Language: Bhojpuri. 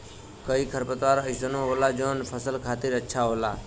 कई खरपतवार अइसनो होला जौन फसल खातिर अच्छा होला